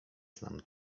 znam